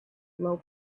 low